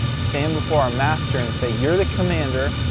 stand before our master, and say, you're the commander.